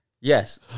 Yes